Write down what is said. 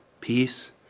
peace